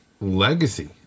Legacy